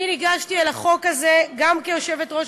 אני ניגשתי אל החוק הזה גם כיושבת-ראש